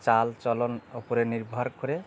চালচলন ওপরে নির্ভর করে